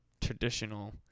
traditional